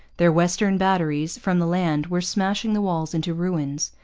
their western batteries from the land were smashing the walls into ruins.